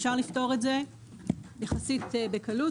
אפשר לפתור את זה יחסית בקלות.